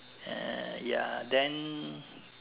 err ya then